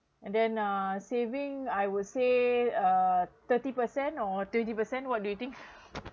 and then uh saving I would say uh thirty percent or twenty percent what do you think